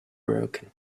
broken